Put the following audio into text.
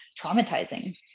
traumatizing